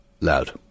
Loud